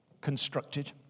constructed